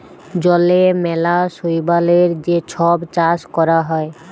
জলে ম্যালা শৈবালের যে ছব চাষ ক্যরা হ্যয়